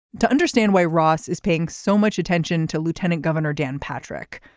to understand why ross is paying so much attention to lieutenant governor dan patrick.